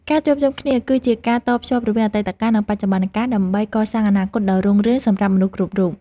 ការជួបជុំគ្នា គឺជាការតភ្ជាប់រវាងអតីតកាល និងបច្ចុប្បន្នកាលដើម្បីកសាងអនាគតដ៏រុងរឿងសម្រាប់មនុស្សគ្រប់រូប។